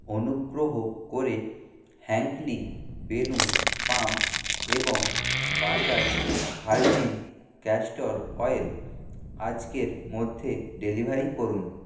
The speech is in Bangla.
অনুগ্রহ করে হ্যাঙ্কলি বেলুন পাম্প এবং বাজাজ ভার্জিন ক্যাস্টর অয়েল আজকের মধ্যে ডেলিভারি করুন